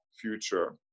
future